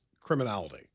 criminality